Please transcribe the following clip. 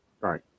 Right